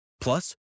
Plus